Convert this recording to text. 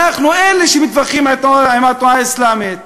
אנחנו אלה שמתווכחים עם התנועה האסלאמית,